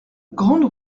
grande